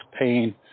pain